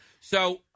So-